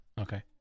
Okay